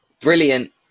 brilliant